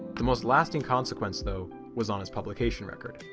the most lasting consequence though was on its publication record.